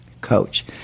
coach